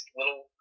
little